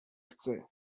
chce